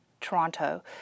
Toronto